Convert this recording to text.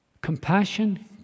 compassion